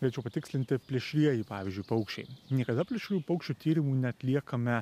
norėčiau patikslinti plėšrieji pavyzdžiui paukščiai niekada plėšriųjų paukščių tyrimų neatliekame